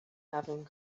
having